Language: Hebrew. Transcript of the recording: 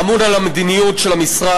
אמון על המדיניות של המשרד.